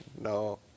No